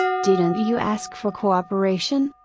didn't you ask for cooperation,